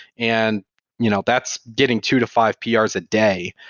and you know that's getting two to five prs a day.